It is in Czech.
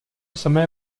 samé